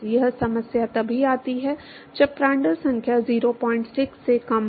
यह समस्या तभी आती है जब प्रांड्टल संख्या 06 से कम हो